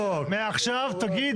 הללו, כמה זה באמת יסייע לשוק.